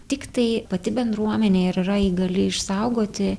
tiktai pati bendruomenė ir yra įgali išsaugoti